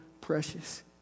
precious